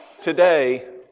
today